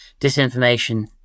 disinformation